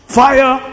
fire